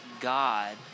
God